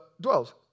dwells